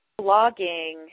blogging